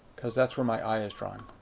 because that's where my eye is drawn.